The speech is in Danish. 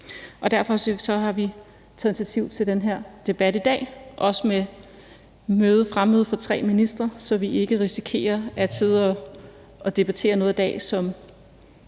Derfor har vi taget initiativ til den her debat i dag, også med fremmøde af tre ministre, så vi ikke risikerer at sidde og debattere noget i dag, som